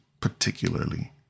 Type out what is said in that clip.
particularly